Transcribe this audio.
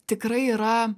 tikrai yra